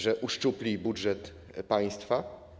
Że uszczupli budżet państwa?